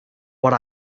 what